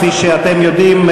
כפי שאתם יודעים,